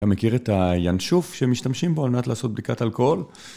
אתה מכיר את הינשוף שמשתמשים בו על מנת לעשות בדיקת אלכוהול?